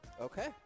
Okay